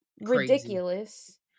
ridiculous